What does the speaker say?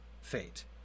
fate